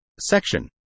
Section